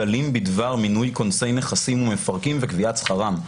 כללים בדבר מינוי כונסי נכסים ומפרקים וקביעת שכרם.